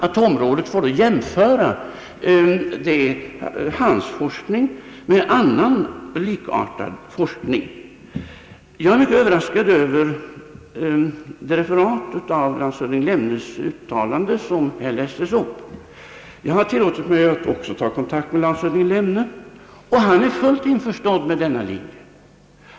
Atområdet får då jämföra hans forskning med annan likartad forskning. Jag är mycket överraskad över det referat av landshövding Lemnes uttalande som här lästes upp. Jag har tilllåtit mig att också ta kontakt med landshövding Lemne, och han är fullt införstådd med denna linje.